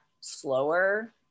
slower